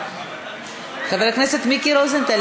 חבר הכנסת מיקי רוזנטל,